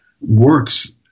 works